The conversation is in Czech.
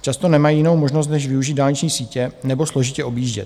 Často nemají jinou možnost, než využít dálniční sítě, nebo složitě objíždět.